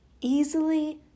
easily